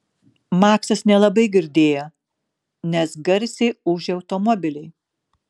maksas nelabai girdėjo nes garsiai ūžė automobiliai